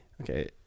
Okay